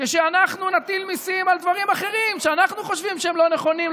כשאנחנו נטיל מיסים על דברים אחרים שאנחנו חושבים שהם לא נכונים,